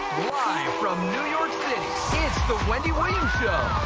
from new york city, it's the wendy williams show.